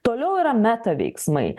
toliau yra meta veiksmai